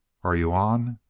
are you on?